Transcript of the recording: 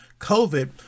COVID